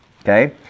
Okay